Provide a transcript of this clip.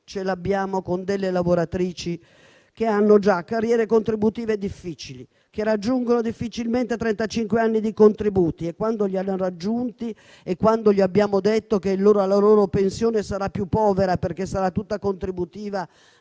ce l'abbiamo con lavoratrici che hanno già carriere contributive difficili, che raggiungono difficilmente trentacinque anni di contributi e, quando li hanno raggiunti e abbiamo comunque detto loro che la pensione sarà più povera perché sarà tutta contributiva,